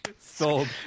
sold